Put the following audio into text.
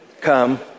come